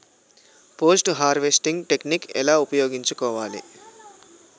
Post harvesting technique ఎలా ఉపయోగించుకోవాలి?